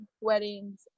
weddings